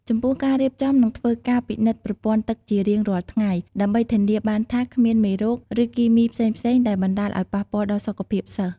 ចំពោះការរៀបចំនិងធ្វើការពិនិត្យប្រពន្ធ័ទឹកជារៀងរាល់ថ្ងៃដើម្បីធានាបានថាគ្មានមេរោគ ឬគីមីផ្សេងៗដែលបណ្តាលឲ្យប៉ះពាល់ដល់សុខភាពសិស្ស។